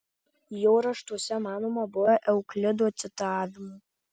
jo raštuose manoma buvo euklido citavimų